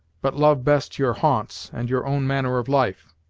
but love best your haunts, and your own manner of life.